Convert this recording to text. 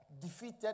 defeated